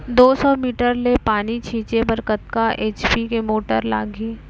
दो सौ मीटर ले पानी छिंचे बर कतका एच.पी के मोटर लागही?